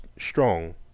strong